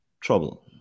trouble